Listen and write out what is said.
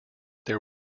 there